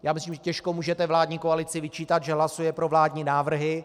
Já myslím, že těžko můžete vládní koalici vyčítat, že hlasuje pro vládní návrhy.